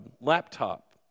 laptop